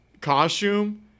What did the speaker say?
costume